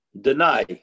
deny